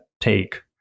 take